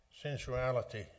sensuality